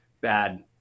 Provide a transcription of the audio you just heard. bad